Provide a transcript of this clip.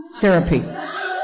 therapy